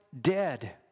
dead